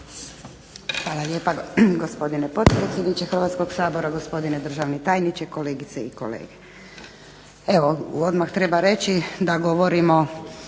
Poštovani gospodine potpredsjedniče Hrvatskoga sabora, gospodine državni tajniče, kolegice i kolege.